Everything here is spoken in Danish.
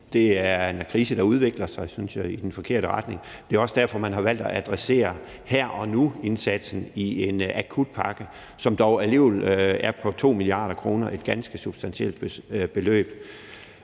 Det er en krise, der udvikler sig i den forkerte retning, synes jeg, og det er også derfor, man har valgt at adressere her og nu-indsatsen med en akutpakke, som dog alligevel er på 2 mia. kr., altså et ganske substantielt beløb.